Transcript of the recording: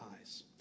eyes